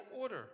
order